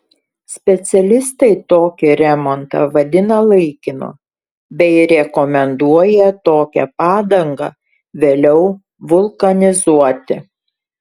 specialistai tokį remontą vadina laikinu bei rekomenduoja tokią padangą vėliau vulkanizuoti